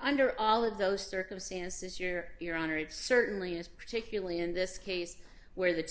under all of those circumstances year your honor it certainly is particularly in this case where the